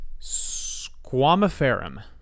Squamiferum